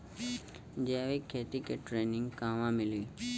जैविक खेती के ट्रेनिग कहवा मिली?